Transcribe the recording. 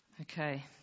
Okay